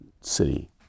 city